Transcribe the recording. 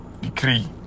decree